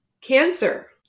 Cancer